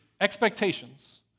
expectations